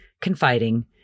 confiding